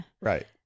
Right